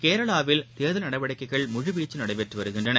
கேரளாவில் தேர்தல் நடவடிக்கைகள் முழுவீச்சில் நடைபெற்று வருகின்றன